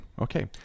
Okay